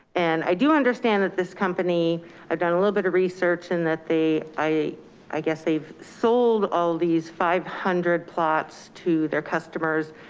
and i do understand that this company i've done a little bit of research and that they, i i guess they've sold all these five hundred plots to their customers